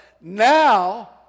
now